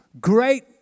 great